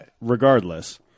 regardless